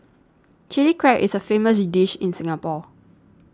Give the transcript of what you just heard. Chilli Crab is a famous dish in Singapore